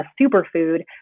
superfood